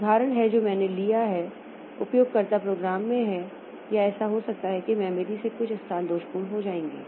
उदाहरण है जो मैंने लिया है उपयोगकर्ता प्रोग्राम में है या ऐसा हो सकता है कि मेमोरी में कुछ स्थान दोषपूर्ण हो जाएंगे